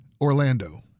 Orlando